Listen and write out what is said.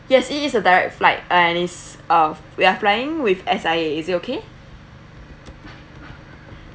yes it is a direct flight and it's uh we are flying with S_I_A is it okay